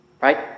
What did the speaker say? right